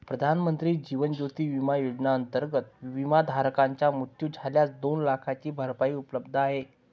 प्रधानमंत्री जीवन ज्योती विमा योजनेअंतर्गत, विमाधारकाचा मृत्यू झाल्यास दोन लाखांची भरपाई उपलब्ध आहे